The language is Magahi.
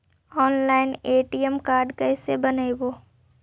ऑनलाइन ए.टी.एम कार्ड कैसे बनाबौ?